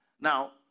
Now